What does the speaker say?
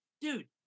dude